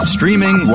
Streaming